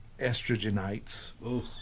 estrogenites